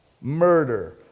murder